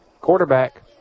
Quarterback